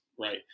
right